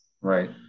right